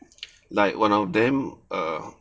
like one of them err